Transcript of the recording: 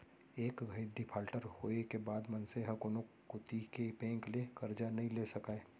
एक घइत डिफाल्टर होए के बाद मनसे ह कोनो कोती के बेंक ले करजा नइ ले सकय